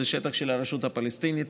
זה שטח של הרשות הפלסטינית.